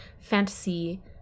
fantasy